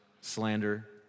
slander